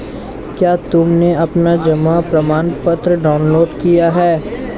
क्या तुमने अपना जमा प्रमाणपत्र डाउनलोड किया है?